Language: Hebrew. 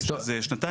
ופשע זה שנתיים.